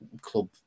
club